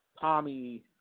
Tommy